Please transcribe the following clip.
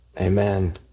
Amen